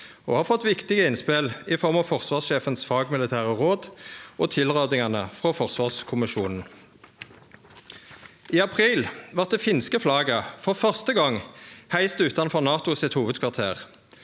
og har fått viktige innspel i form av forsvarssjefens fagmilitære råd og tilrådingane frå forsvarskommisjonen. I april vart det finske flagget for første gong heist utanfor NATOs hovudkvarter.